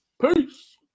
Peace